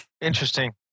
Interesting